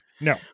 No